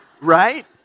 Right